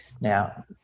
Now